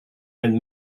and